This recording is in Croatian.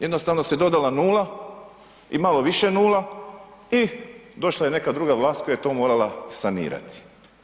Jednostavno se dodala nula i malo više nula i došla je neka druga vlast koja je to morala sanirati.